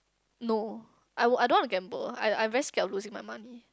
no I would I don't wanna gamble I I very scared of losing my money